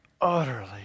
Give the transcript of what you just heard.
utterly